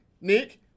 Nick